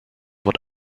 what